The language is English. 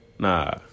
Nah